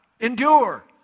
Endure